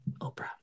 Oprah